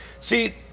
see